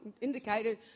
indicated